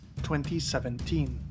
2017